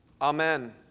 Amen